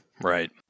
Right